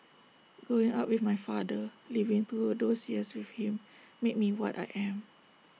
growing up with my father living through those years with him made me what I am